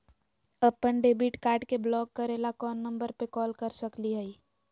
अपन debit card के block करे ला कौन नंबर पे कॉल कर सकली हई?